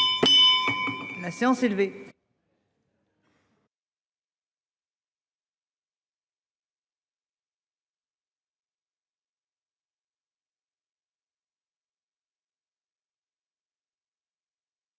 La séance est levée.